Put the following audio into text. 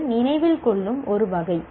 இது நினைவில் கொள்ளும் ஒரு வகை